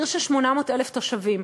עיר של 800,000 תושבים.